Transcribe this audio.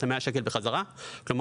כלומר,